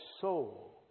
soul